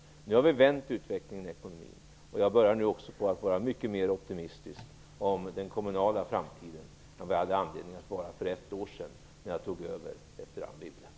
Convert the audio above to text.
Nu har vi vänt utvecklingen i ekonomin, och jag börjar nu bli mycket mer optimistisk om den kommunala framtiden än vad jag hade anledning att vara för ett år sedan när jag tog över efter Anne Wibble.